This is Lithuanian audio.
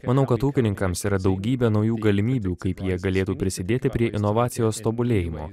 manau kad ūkininkams yra daugybė naujų galimybių kaip jie galėtų prisidėti prie inovacijos tobulėjimo